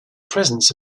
presence